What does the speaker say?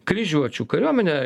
kryžiuočių kariuomenė